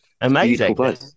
Amazing